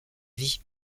vie